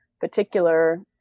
particular